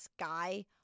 sky